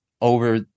over